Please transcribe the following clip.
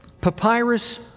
Papyrus